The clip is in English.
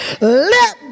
Let